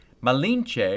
Malinche